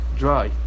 dry